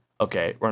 Okay